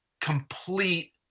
complete